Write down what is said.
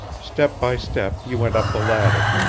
step by step, you went up the ladder.